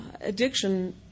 addiction